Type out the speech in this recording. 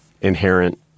inherent